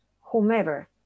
whomever